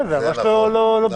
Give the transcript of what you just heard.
כן, זה ממש לא ברור.